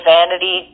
Vanity